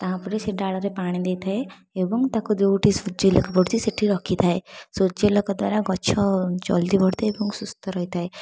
ତା'ପରେ ସେଇ ଡାଳରେ ପାଣି ଦେଇଥାଏ ଏବଂ ତାକୁ ଯେଉଁଠି ସୂର୍ଯ୍ୟଲୋକ ପଡ଼ୁଛି ସେଠି ରଖିଥାଏ ସୂର୍ଯ୍ୟାଲୋକ ଦ୍ଵାରା ଗଛ ଜଲଦି ବଢ଼ିଥାଏ ଏବଂ ସୁସ୍ଥ ରହିଥାଏ